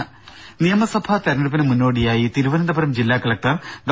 ദര നിയമസഭാ തെരഞ്ഞെടുപ്പിന് മുന്നോടിയായി തിരുവനന്തപുരം ജില്ലാ കളക്ടർ ഡോ